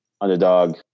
underdog